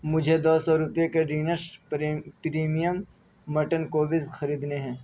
مجھے دو سو روپے کے ڈینش پریمیئم مٹن کوبز خریدنے ہیں